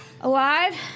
alive